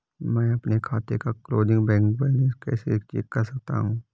मैं अपने खाते का क्लोजिंग बैंक बैलेंस कैसे चेक कर सकता हूँ?